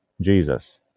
jesus